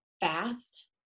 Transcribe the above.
fast